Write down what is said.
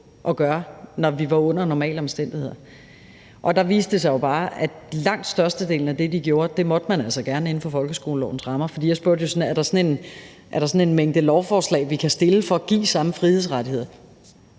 at gøre, når vi var under normale omstændigheder. Der viste det sig jo bare, at langt størstedelen af det, de gjorde, måtte man altså gerne inden for folkeskolelovens rammer. For jeg spurgte jo: Er der sådan en mængde lovforslag, vi kan fremsætte, for at give de samme frihedsrettigheder?